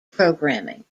programming